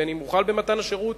בין שהוחל במתן השירות